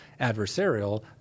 adversarial